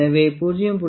எனவே 0